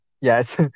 Yes